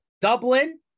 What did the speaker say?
Dublin